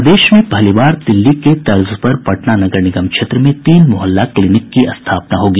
प्रदेश में पहली बार दिल्ली के तर्ज पर पटना नगर निगम क्षेत्र में तीन मोहल्ला क्लिनिक की स्थापना होगी